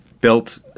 built